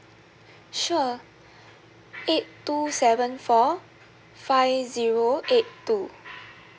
sure eight two seven four five zero eight two